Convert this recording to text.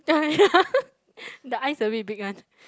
uh yeah the eyes a bit big one